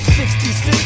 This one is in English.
66